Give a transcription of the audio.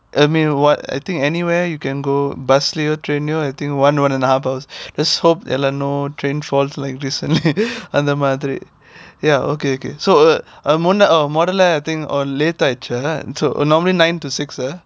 I mean what I think anywhere you can go bus லயோ:layo train லயோ:layo I think one one and a half an hour let's hope there are no trainfalls like this only அந்த மாதிரி:antha maathiri ya okay okay so ah mod~ மொதல்ல:mothala I think late ஆச்சா:achaa so normally nine to six ah